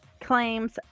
claims